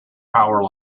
power